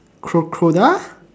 crocodile